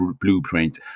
blueprint